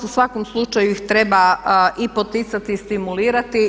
U svakom slučaju ih treba i poticati i stimulirati.